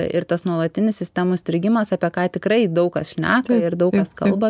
ir tas nuolatinis sistemų strigimas apie ką tikrai daug kas šneka ir daug kas kalba